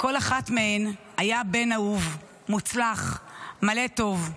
לכל אחת מהן היה בן אהוב, מוצלח, מלא טוב.